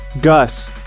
Gus